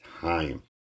time